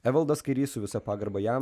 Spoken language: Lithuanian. evaldas kairys su visa pagarba jam